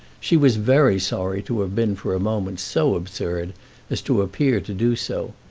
she was very sorry to have been for a moment so absurd as to appear to do so,